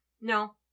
No